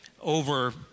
over